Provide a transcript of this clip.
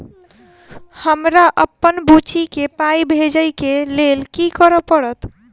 हमरा अप्पन बुची केँ पाई भेजइ केँ लेल की करऽ पड़त?